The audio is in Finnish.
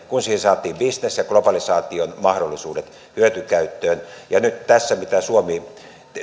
kun siihen saatiin bisnes ja globalisaation mahdollisuudet hyötykäyttöön ja nyt tässä mitä suomi